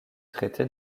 traité